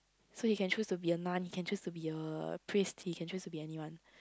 so he can choose to be a nun can choose to be a priest he can choose to be anyone